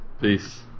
Peace